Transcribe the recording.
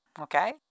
okay